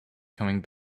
coming